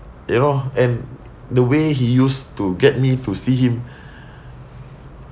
you know and the way he used to get me to see him